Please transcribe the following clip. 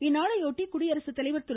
இந்நாளையொட்டி குடியரசுத் தலைவர் திரு